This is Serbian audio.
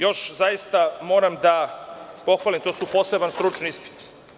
Ono što zaista još moram da pohvalim to su poseban stručan ispit.